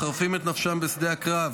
מחרפים את נפשם בשדה הקרב